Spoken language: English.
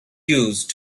use